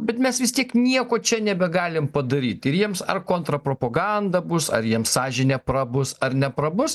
bet mes vis tiek nieko čia nebegalim padaryt ir jiems ar kontrpropaganda bus ar jiem sąžinė prabus ar neprabus